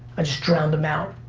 ah just drown em out.